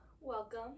welcome